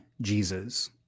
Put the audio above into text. Jesus